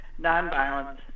nonviolence